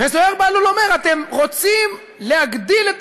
וזוהיר בהלול אומר: אתם רוצים להגדיל את